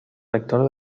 rector